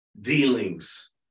dealings